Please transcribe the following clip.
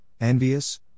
envious